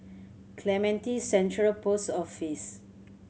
Clementi Central Post Office